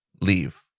leave